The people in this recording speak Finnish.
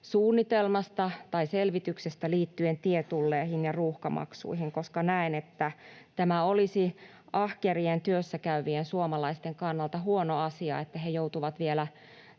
suunnitelmasta tai selvityksestä liittyen tietulleihin ja ruuhkamaksuihin, koska näen, että se olisi ahkerien työssäkäyvien suomalaisten kannalta huono asia, että he joutuvat vielä